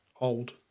old